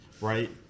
right